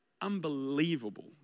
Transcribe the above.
unbelievable